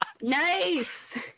Nice